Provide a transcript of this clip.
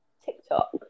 TikTok